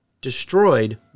destroyed